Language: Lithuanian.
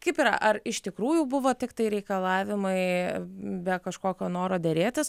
kaip yra ar iš tikrųjų buvo tiktai reikalavimai be kažkokio noro derėtis